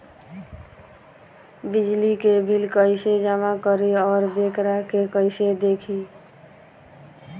बिजली के बिल कइसे जमा करी और वोकरा के कइसे देखी?